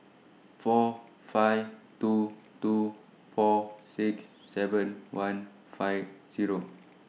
four five two two four six seven one five Zero